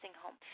home